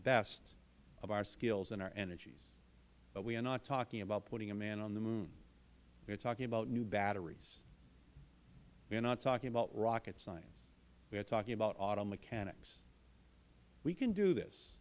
best of our skills and our energies but we are not talking about putting a man on the moon we are talking about new batteries we are not talking about rocket science we are talking about auto mechanics we can do this